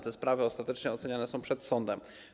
Te sprawy ostatecznie oceniane są przed sądem.